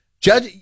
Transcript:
judge